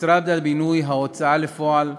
משרד הבינוי, ההוצאה לפועל,